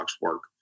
work